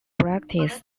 practice